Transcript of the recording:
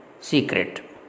secret